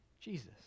Jesus